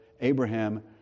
Abraham